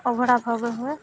ଅଭଡ଼ା ଭୋଗ ହୁଏ